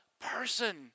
person